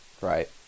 Right